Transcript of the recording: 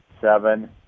seven